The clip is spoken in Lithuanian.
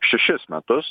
šešis metus